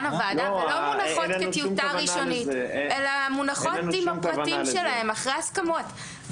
הוועדה ולא מונחות כטיוטה ראשונית אלא מונחות עם הפרטים שלהן אחרי הסכמות.